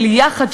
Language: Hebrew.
של יחד,